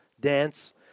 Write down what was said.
dance